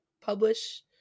publish